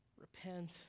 Repent